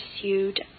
pursued